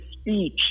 speech